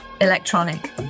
electronic